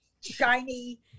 shiny